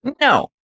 no